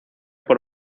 por